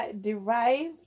derived